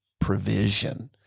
provision